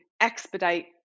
expedite